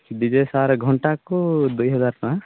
D J sir ଘଣ୍ଟାକୁ ଦୁଇହଜାର ଟଙ୍କା